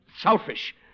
selfish